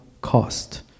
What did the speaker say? cost